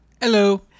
Hello